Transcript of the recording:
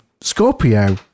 scorpio